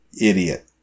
Idiot